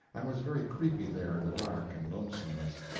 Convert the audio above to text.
and was very creepy there in the dark and lonesomeness.